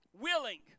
willing